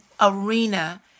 arena